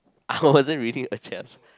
I wasn't reading a chat also